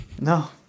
No